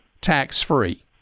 tax-free